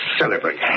celebrate